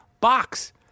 box